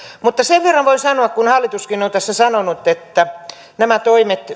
mutta sen verran voin sanoa kun hallituskin on tässä sanonut että nämä toimet